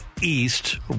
East